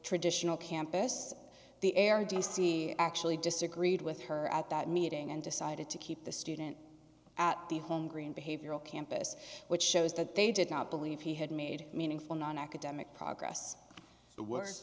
traditional campus the area d c actually disagreed with her at that meeting and decided to keep the student at the home green behavioral campus which shows that they did not believe he had made meaningful non academic progress